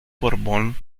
borbón